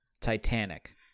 Titanic